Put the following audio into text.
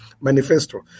Manifesto